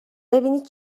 ببینید